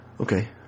okay